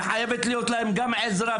וחייבת להיות להם גם עזרה,